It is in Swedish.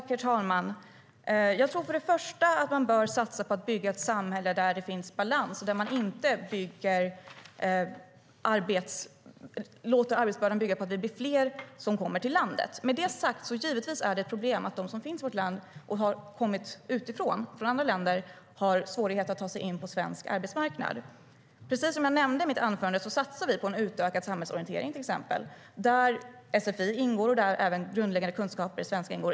Herr talman! Jag tror att man bör satsa på att bygga ett samhälle där det finns balans och där man inte låter arbetsbördan bygga på att fler kommer till landet. Med det sagt är det givetvis ett problem att de som finns i vårt land och som har kommit från andra länder har svårt att ta sig in på svensk arbetsmarknad. Precis som jag nämnde i mitt anförande satsar vi på till exempel utökad samhällsorientering. Där ingår sfi och även grundläggande kunskaper i svenska.